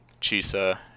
Chisa